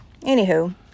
Anywho